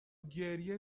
گریه